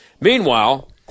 Meanwhile